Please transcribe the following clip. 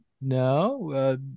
No